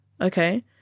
okay